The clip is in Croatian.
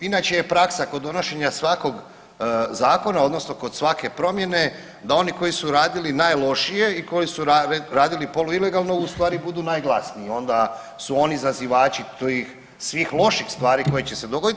Da, a inače je praksa kod donošenja svakog zakona odnosno kod svake promjene da oni koji su radili najlošije i koji su radili poluilegalno u stvari budu najglasniji onda su oni zazivači tih svih loših stvari koje će se dogoditi.